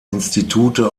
institute